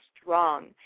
strong